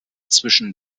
zwischen